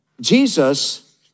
Jesus